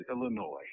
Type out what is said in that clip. Illinois